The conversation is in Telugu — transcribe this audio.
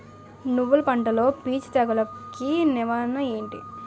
నువ్వులు పంటలో పిచ్చి తెగులకి నివారణ ఏంటి?